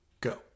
go